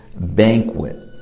banquet